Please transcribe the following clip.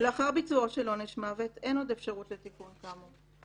לאחר ביצועו של עונש מוות אין עוד אפשרות לתיקון כאמור.